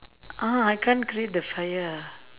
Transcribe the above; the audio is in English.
ah I can't create the fire ah